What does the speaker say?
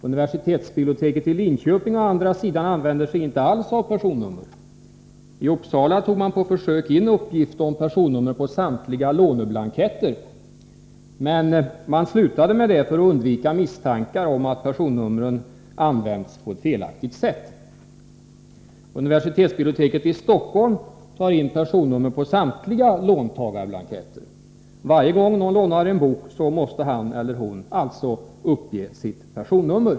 Universitetsbiblioteket i Linköping å andra sidan använder sig inte alls av personnummer. I Uppsala tog man på försök in uppgift om personnummer på samtliga låneblanketter. Men man slutade med detta för att undvika misstankar om att personnumren används på ett felaktigt sätt. Universitetsbiblioteket i Stockholm tar in personnummer på samtliga låntagarblanketter. Varje gång någon lånar en bok måste han eller hon alltså uppge sitt personnummer.